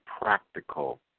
practical